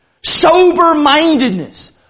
Sober-mindedness